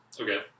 Okay